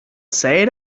say